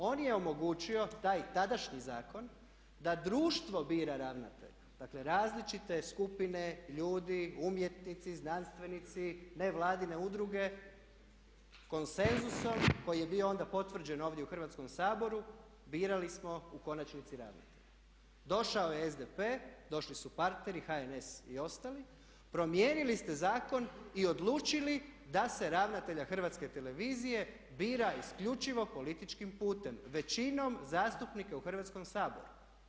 On je omogućio taj tadašnji zakon da društvo bira ravnatelja, dakle različite skupine ljudi, umjetnici, znanstvenici, nevladine udruge konsenzusom koji je bio onda potvrđen ovdje u Hrvatskom saboru birali smo u konačnici … Došao je SDP, došli su partneri HNS i ostali, promijenili ste zakon i odlučili da se ravnatelja HRT-a bira isključivo političkim putem većinom zastupnika u Hrvatskom saboru.